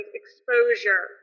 exposure